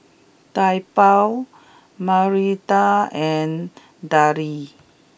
Taobao Mirinda and Darlie